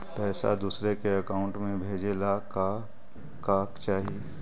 पैसा दूसरा के अकाउंट में भेजे ला का का चाही?